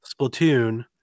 Splatoon